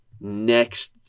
next